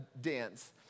dance